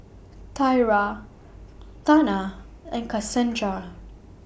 Tiera Tana and Kasandra